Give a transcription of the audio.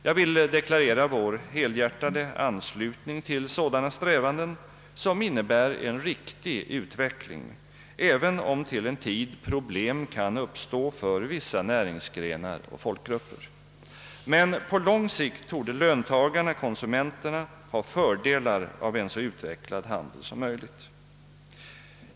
Jag vill deklarera vår helhjärtade anslutning till sådana strävanden, som innebär en riktig utveckling, även om problem till en viss tid kan uppstå för vissa näringsgrenar och folkgrupper. Men på lång sikt torde löntagarna-konsumenterna ha fördelar av en så utvecklad handel som möjligt.